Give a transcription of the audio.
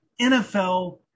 NFL